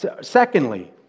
Secondly